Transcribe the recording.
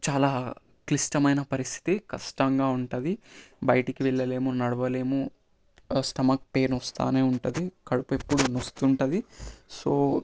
చాలా క్లిష్టమైన పరిస్థితి కష్టంగా ఉంటుంది బయటకి వెళ్ళలేము నడవలేము స్టమక్ పెయిన్ వస్తూనే ఉంటుంది కడుపు ఎప్పుడూ నోస్తుంటుంది సో